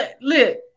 Look